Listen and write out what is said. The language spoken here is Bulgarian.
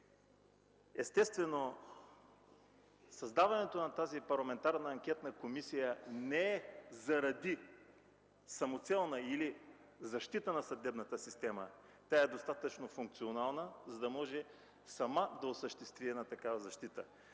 Естествено, създаването на тази парламентарна анкетна комисия не е самоцелно или заради защита на съдебната система, тя е достатъчно функционална, за да може сама да осъществи такава защита.